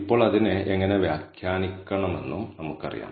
ഇപ്പോൾ അതിനെ എങ്ങനെ വ്യാഖ്യാനിക്കണമെന്നും നമുക്കറിയാം